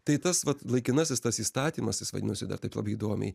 tai tas vat laikinasis tas įstatymas jis vadinosi dar taip labai įdomiai